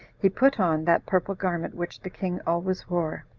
he put on that purple garment which the king always wore,